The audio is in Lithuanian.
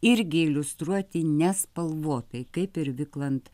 irgi iliustruoti nespalvotai kaip ir viklant